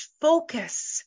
focus